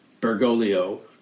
Bergoglio